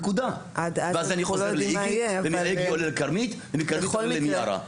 ואז אני חוזר לאיגי ומאיגי עולה לכרמית ומכרמית עולה למיארה.